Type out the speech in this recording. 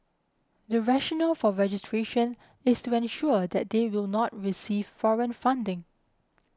the rational for registration is to ensure that they will not receive foreign funding